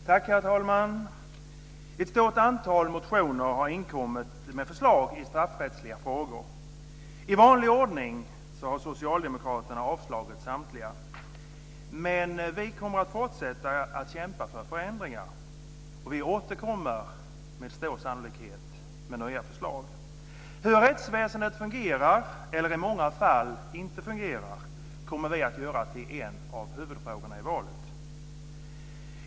Herr talman! Ett stort antal motioner har inkommit med förslag i straffrättsliga frågor. I vanlig ordning har socialdemokraterna avstyrkt samtliga. Men vi kommer att fortsätta kämpa för förändringar. Vi återkommer med stor sannolikhet med nya förslag. Hur det nya rättssystemet fungerar - eller i många fall inte fungerar - kommer vi att göra till en av huvudfrågorna i valet.